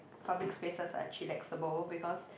public spaces are chillaxable because